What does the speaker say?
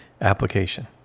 application